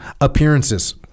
Appearances